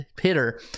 hitter